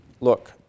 look